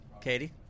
Katie